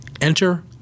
Enter